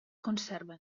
conserven